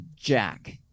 jack